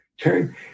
turn